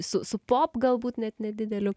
su su pop galbūt net nedideliu